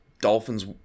dolphins